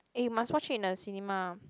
eh you must watch it in the cinema